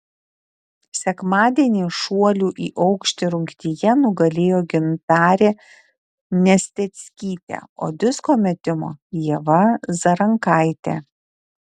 sekmadienį šuolių į aukštį rungtyje nugalėjo gintarė nesteckytė o disko metimo ieva zarankaitė